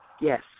Yes